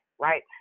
right